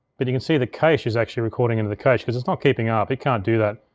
but you can see, the cache is actually recording into the cache cause it's not keeping up, it can't do that.